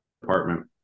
department